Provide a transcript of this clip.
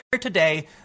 today